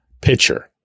pitcher